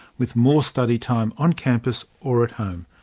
with more study time on campus or at home.